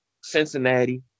Cincinnati